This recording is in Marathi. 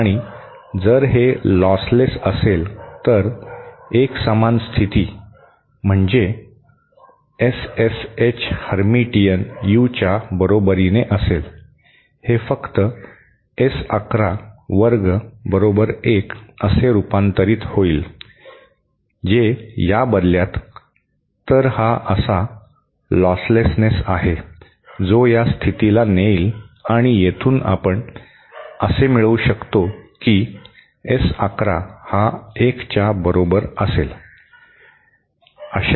आणि जर हे लॉसलेस असेल तर एकसमान स्थिती म्हणजे S S H Hermitian U च्या बरोबरीने असेल हे फक्त एस 11 वर्ग बरोबर एक असे रूपांतरीत होईल जे या बदल्यात तर हा असा लॉसलेसनेस आहे जो या स्थितीला नेईल आणि येथून आपण असे मिळवू शकतो की S11 हा 1 च्या बरोबर असेल